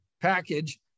package